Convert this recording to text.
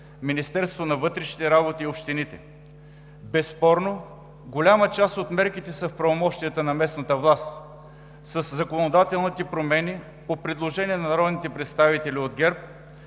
Министерството на вътрешните работи и общините. Безспорно голяма част от мерките са в правомощията на местната власт. Със законодателните промени, по предложение на народните представители от ГЕРБ,